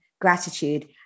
gratitude